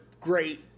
great